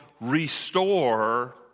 restore